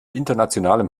internationalem